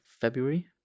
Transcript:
February